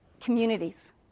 communities